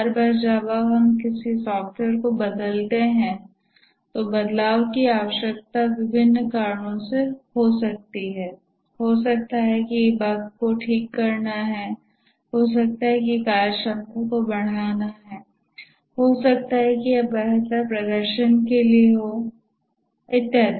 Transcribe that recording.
हर बार जब हम किसी सॉफ़्टवेयर को बदलते हैं तो बदलाव की आवश्यकता विभिन्न कारणों से हो सकती है हो सकता है कि बग को ठीक करना हो हो सकता है कि कार्यक्षमता को बढ़ाना हो हो सकता है कि यह एक बेहतर प्रदर्शन के लिए हो इत्यादि